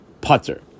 putter